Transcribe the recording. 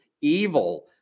evil